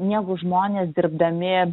negu žmonės dirbdami